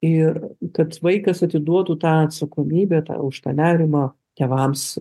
ir kad vaikas atiduotų tą atsakomybę už tą nerimą tėvams